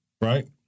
right